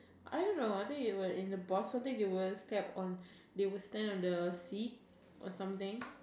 I don't know I think it would in the possibly they will step on they will stand on the seats or something